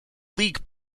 league